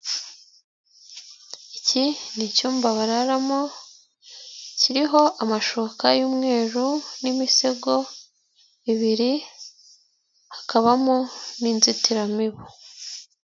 Iki ni icyumba bararamo, kiriho amashuka y'umweruru n'imisego ibiri, hakabamo n'inzitiramibu.